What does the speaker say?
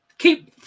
Keep